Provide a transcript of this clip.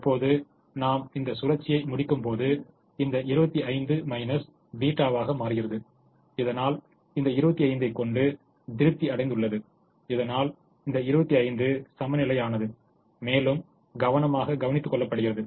இப்போது நாம் இந்த சுழற்சியை முடிக்கும்போது இந்த 25 θ வாக மாறுகிறது இதனால் இந்த 25 ஐ கொண்டு திருப்தி அடைந்துள்ளது இதனால் இந்த 25 சமநிலையானது மேலும் கவனமாக கவனித்துக் கொள்ளப்படுகிறது